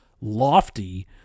lofty